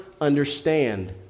understand